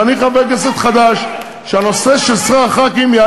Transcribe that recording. ועדה ציבורית קבעה את זה.